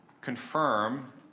confirm